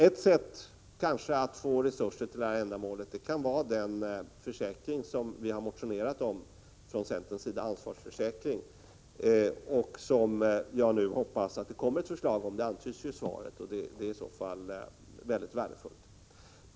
Ett sätt att få resurser för detta ändamål kan kanske vara en sådan ansvarsförsäkring som vi från centerns sida motionerat om. Jag hoppas att det nu kommer ett förslag till en sådan försäkring. Det antyds ju i svaret, och det är i så fall mycket värdefullt.